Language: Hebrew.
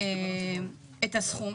את הסכום.